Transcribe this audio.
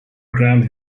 grant